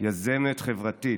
יזמת חברתית,